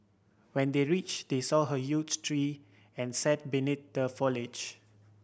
when they reach they saw her tree and sat beneath the foliage